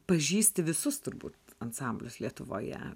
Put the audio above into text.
pažįsti visus turbūt ansamblius lietuvoje